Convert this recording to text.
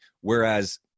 Whereas